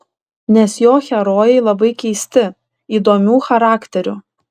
nes jo herojai labai keisti įdomių charakterių